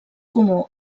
comú